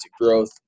growth